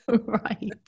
right